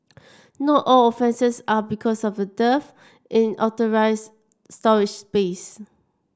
not all offences are because of a dearth in authorised storage space